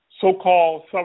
so-called